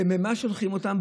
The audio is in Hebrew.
ובמה שולחים אותם?